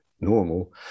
normal